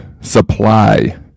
supply